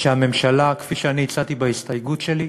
שהממשלה, כפי שאני הצעתי בהסתייגות שלי,